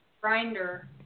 grinder